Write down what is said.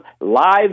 live